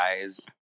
guys